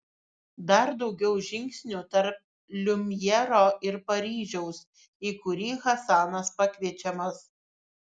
dar daugiau žingsnių tarp liumjero ir paryžiaus į kurį hasanas pakviečiamas